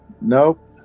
Nope